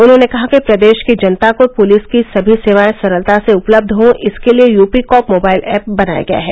उन्होंने कहा कि प्रदेश की जनता को पुलिस की सभी सेवाएं सरलता से उपलब्ध हो इसके लिये यूपीकॉप मोबाइल ऐप बनाया गया है